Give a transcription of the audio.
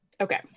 okay